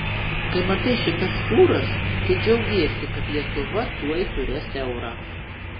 kai matai šitas fūras tai džiaugiesi kad lietuva tuoj turės eurą